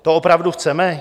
To opravdu chceme?